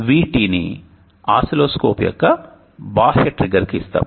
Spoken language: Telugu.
VT ని ఆసిల్లోస్కోప్ యొక్క బాహ్య ట్రిగ్గర్కు ఇస్తాము